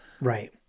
Right